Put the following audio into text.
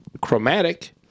chromatic